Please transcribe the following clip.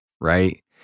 right